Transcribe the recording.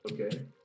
Okay